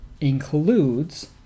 includes